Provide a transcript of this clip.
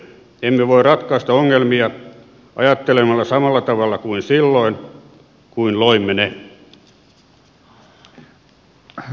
emme voi ratkaista ongelmia ajattelemalla samalla tavalla kuin silloin kun loimme ne